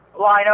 lineup